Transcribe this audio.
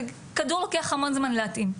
כדור לוקח המון זמן להתאים,